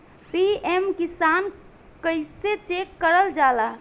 PM Kisan कइसे check करल जाला?